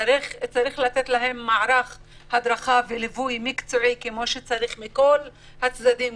צריך לתת להם מערך הדרכה וליווי מקצועי מכל הצדדים,